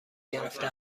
گرفته